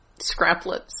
Scraplets